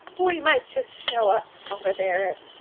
we might just show up over there and